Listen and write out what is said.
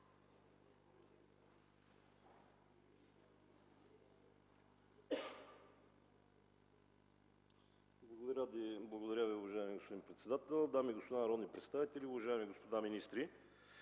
Благодаря Ви. Уважаеми господин председател, дами и господа народни представители, господин министър!